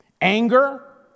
Anger